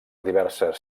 diverses